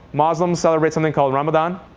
moslems celebrate something called ramadan.